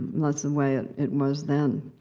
that's the way it it was then.